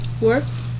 works